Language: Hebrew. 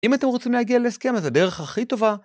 אם אתם רוצים להגיע להסכם את הדרך הכי טובה